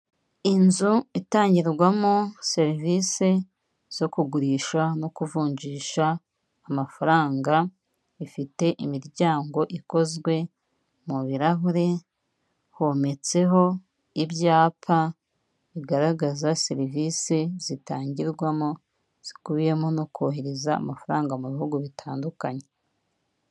Inzu itangirwamo serivisi zo kugurisha no kuvunjisha amafaranga, ifite imiryango ikozwe mu birahure hometseho ibyapa bigaragaza serivisi zitangirwamo zikubiyemo no kohereza amafaranga mu bihugu bitandukanye.